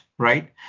Right